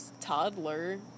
toddler